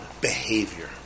behavior